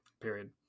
period